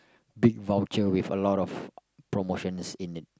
big voucher with a lot of promotions is in it